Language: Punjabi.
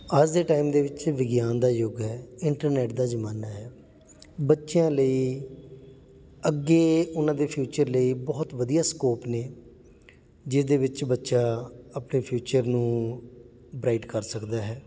ਅੱਜ ਦੇ ਟਾਈਮ ਦੇ ਵਿੱਚ ਵਿਗਿਆਨ ਦਾ ਯੁੱਗ ਹੈ ਇੰਟਰਨੈੱਟ ਦਾ ਜ਼ਮਾਨਾ ਹੈ ਬੱਚਿਆਂ ਲਈ ਅੱਗੇ ਉਹਨਾਂ ਦੇ ਫਿਊਚਰ ਲਈ ਬਹੁਤ ਵਧੀਆ ਸਕੋਪ ਨੇ ਜਿਸਦੇ ਵਿੱਚ ਬੱਚਾ ਆਪਣੇ ਫਿਊਚਰ ਨੂੰ ਬਰਾਈਟ ਕਰ ਸਕਦਾ ਹੈ